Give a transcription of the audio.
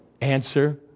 Answer